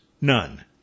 None